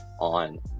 on